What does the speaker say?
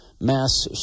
mass